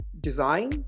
Design